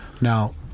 now